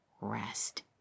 rest